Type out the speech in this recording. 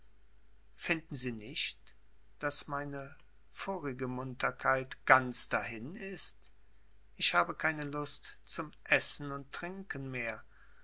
finden sie nicht daß meine vorige munterkeit ganz dahin ist ich habe keine lust zum essen und trinken mehr